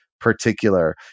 particular